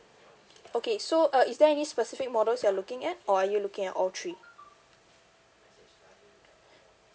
okay so uh is there any specific models you're looking at or are you looking at all three